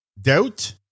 doubt